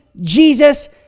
Jesus